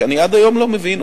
שאני עד היום לא מבין,